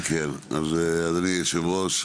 אדוני היושב-ראש,